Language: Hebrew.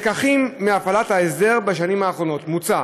כלקחים מהפעלת ההסדר בשנים האחרונות: מוצע